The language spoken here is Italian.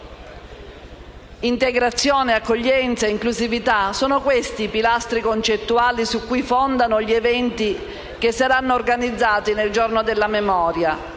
Integrazione, accoglienza e inclusività: sono questi i pilastri concettuali su cui si fondano gli eventi che saranno organizzati nel giorno della memoria.